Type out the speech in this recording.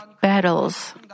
battles